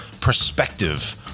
perspective